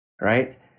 Right